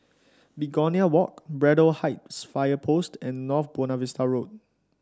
Begonia Walk Braddell Heights Fire Post and North Buona Vista Road